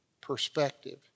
perspective